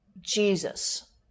Jesus